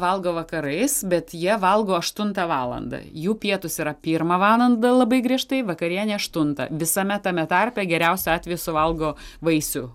valgo vakarais bet jie valgo aštuntą valandą jų pietūs yra pirmą valandą labai griežtai vakarienė aštuntą visame tame tarpe geriausiu atveju suvalgo vaisių